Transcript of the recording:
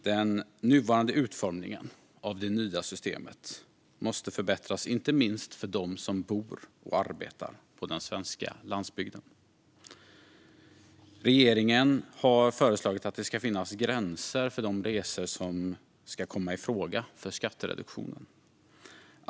Den nuvarande utformningen av det nya systemet måste förbättras, inte minst för dem som bor och arbetar på den svenska landsbygden. Regeringen har föreslagit att det ska finnas gränser för de resor som ska komma i fråga för skattereduktionen.